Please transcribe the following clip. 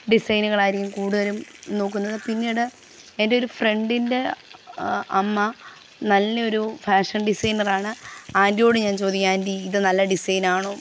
ഡിസൈനുകളായിരിക്കും കൂടുതലും നോക്കുന്നത് പിന്നീട് എൻ്റെ ഒരു ഫ്രണ്ടിൻ്റെ അമ്മ നല്ലയൊരു ഫാഷൻ ഡിസൈനർ ആണ് ആൻറ്റിയോട് ഞാൻ ചോദിക്കും ആൻറ്റി ഇത് നല്ല ഡിസൈനാണോ